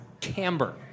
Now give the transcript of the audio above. Camber